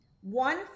one